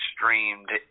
streamed